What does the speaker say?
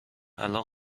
الان